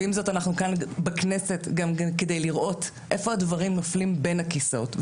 ועם זאת אנחנו כאן בכנסת גם כדי לראות איפה הדברים נופלים בין הכיסאות.